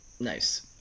nice